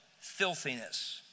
filthiness